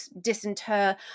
disinter